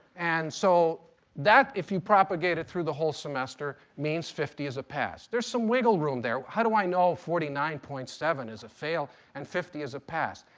and so that, if you propagate it through the whole semester, means fifty is a pass. there's some wiggle room there. how do i know forty nine point seven is a fail and fifty is a pass?